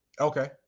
Okay